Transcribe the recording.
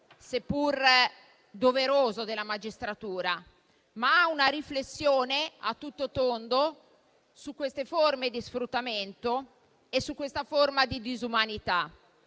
seppur doveroso, della magistratura, ma piuttosto vorrei avviare una riflessione a tutto tondo su queste forme di sfruttamento e su questa forma di disumanità.